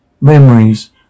memories